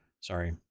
Sorry